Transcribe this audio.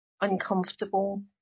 uncomfortable